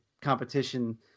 competition